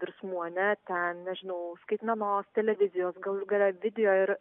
virsmų ar ne ten nežinau skaitmenos televizijos galų gale video ir